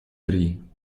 drie